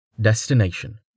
Destination